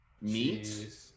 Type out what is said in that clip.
meat